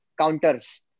counters।